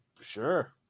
Sure